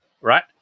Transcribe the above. Right